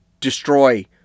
destroy